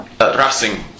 Racing